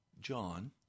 John